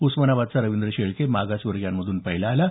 उस्मानाबादचा रविंद्र शेळके मागासवर्गीयांमधून पहिला आला आहे